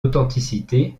authenticité